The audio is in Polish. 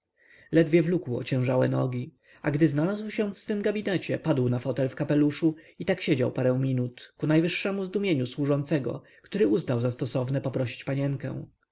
ledwie wlókł ociężałe nogi a gdy znalazł się w swym gabinecie padł na fotel w kapeluszu i tak siedział parę minut ku najwyższemu zdumieniu służącego który uznał za stosowne poprosić panienkę